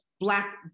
black